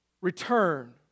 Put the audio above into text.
return